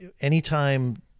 anytime